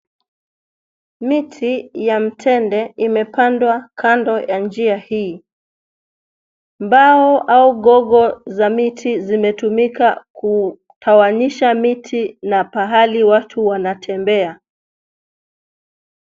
Miti, ya mtende, imepandwa kando ya njia hii, mbao, au gogo za miti zimetumika kutawanyisha miti, na pahali watu wanatembea.